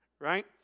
right